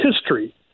history